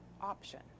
option